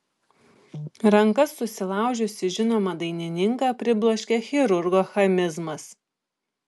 rankas susilaužiusį žinomą dainininką pribloškė chirurgo chamizmas